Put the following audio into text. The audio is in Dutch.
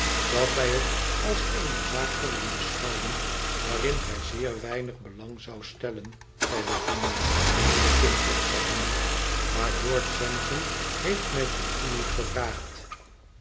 dat wij het als eene zaak konden beschouwen waarin gij zeer weinig belang zoudt stellen zei lavinia de kin optrekkende maar george sampson heeft mij ten huwelijk gevraagd